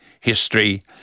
history